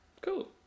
cool